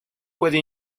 puede